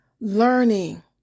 learning